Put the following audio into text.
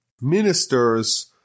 ministers